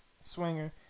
Swinger